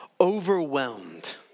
overwhelmed